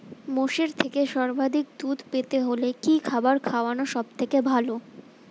মোষের থেকে সর্বাধিক দুধ পেতে হলে কি খাবার খাওয়ানো সবথেকে ভালো?